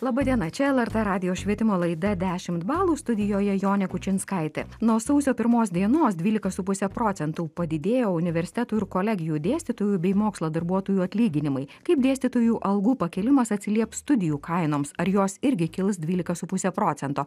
laba diena čia lrt radijo švietimo laida dešimt balų studijoje jonė kučinskaitė nuo sausio pirmos dienos dvylika su puse procentų padidėjo universitetų ir kolegijų dėstytojų bei mokslo darbuotojų atlyginimai kaip dėstytojų algų pakėlimas atsilieps studijų kainoms ar jos irgi kils dvylika su puse procento